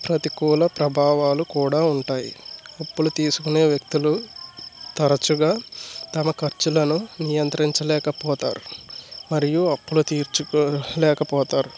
ప్రతికూల ప్రభావాలు కూడా ఉంటాయి అప్పులు తీసుకునే వ్యక్తులు తరచుగా తమ ఖర్చులను నియంత్రించ లేకపోతారు మరియు అప్పులు తీర్చుకోలేకపోతారు